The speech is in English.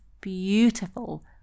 beautiful